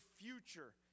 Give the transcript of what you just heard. future